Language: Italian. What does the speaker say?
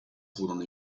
furono